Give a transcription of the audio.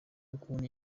ukuntu